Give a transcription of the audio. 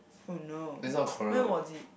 oh no when was it